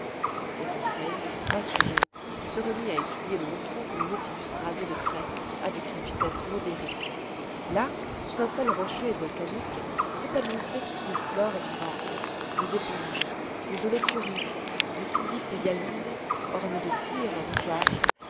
et conseil rassuré se remit à étudier le haut fond que le nautilus rasait de près avec une vitesse modérée là sous un sol rocheux et volcanique s'épanouissait toute une flore vivante des éponges des holoturies des cydippes hyalines ornées de cyrrhes rougeâtres